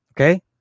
Okay